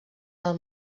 del